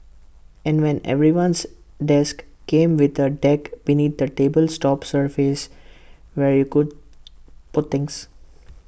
and when everyone's desk came with A deck beneath the table's top surface where you could put things